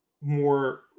more